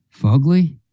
fugly